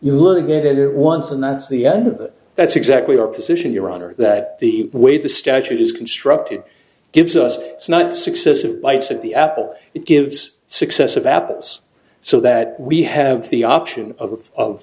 you learn to get it once and that's the end of it that's exactly our position your honor that the way the statute is constructed gives us not successive bites of the apple it gives successive apples so that we have the option of